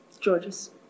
George's